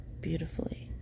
beautifully